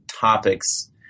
topics